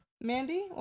Mandy